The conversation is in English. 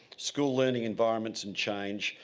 schooling environments and change,